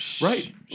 Right